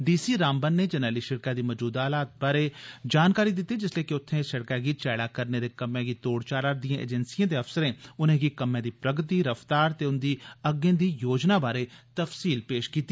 D C Ramban नै जरनैली सड़कै दी मजूदा हालत बारै जानकारी दित्ती जिसलै कि उत्थे सड़कै गी चैडा करने दे कम्मै गी तोड़ चाढ़ा'रदिएं एजंसिएं दे अफसरें उनेंगी कम्मै दी प्रगति रफ्तार ते उन्दी अग्गे दी योजना बारै तफसील पेष कीती